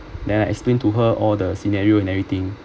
then I explained to her all the scenario and everything